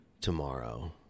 tomorrow